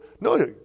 No